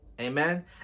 Amen